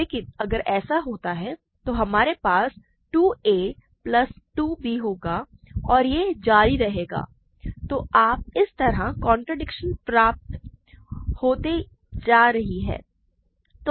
लेकिन अगर ऐसा होता है तो हमारे पास 2 a प्लस 2 b होगा और यह जारी रहेगा तो आप इस तरह कॉन्ट्रडिक्शन प्राप्त होने तक जारी रखते हैं